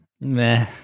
Meh